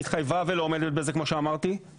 התחייבה ולא עומדת בזה כמו שאמרתי.